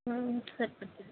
సరిపోతుంది